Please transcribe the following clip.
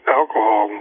alcohol